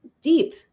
deep